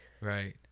right